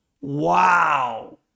wow